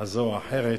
זו או אחרת.